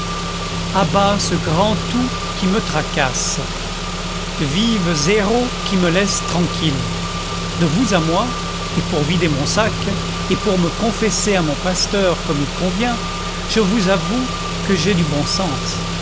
bas ce grand tout qui me tracasse vive zéro qui me laisse tranquille de vous à moi et pour vider mon sac et pour me confesser à mon pasteur comme il convient je vous avoue que j'ai du bon sens